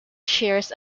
shares